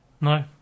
No